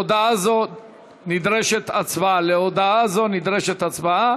להודעה זו נדרשת הצבעה.